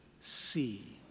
see